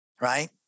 right